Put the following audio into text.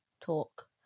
talk